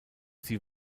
sie